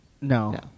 No